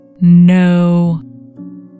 No